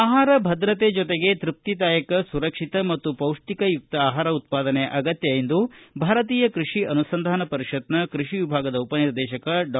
ಆಹಾರ ಭದ್ರತೆ ಜೊತೆಗೆ ತೃಪ್ತಿದಾಯಕ ಸುರಕ್ಷಿತ ಮತ್ತು ಪೌಷ್ಟಿಕಯುಕ್ತ ಆಹಾರ ಉತ್ಪಾದನೆ ಅಗತ್ಯ ಎಂದು ಭಾರತೀಯ ಕ್ಕಷಿ ಅನುಸಂಧಾನ ಪರಿಷತ್ತಿನ ಕೃಷಿ ವಿಭಾಗದ ಉಪನಿರ್ದೇಶಕ ಡಾ